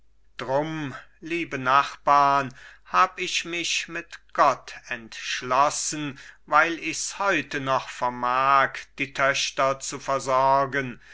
drum liebe nachbarn hab ich mich mit gott entschlossen weil ichs heute noch vermag die töchter zu versorgen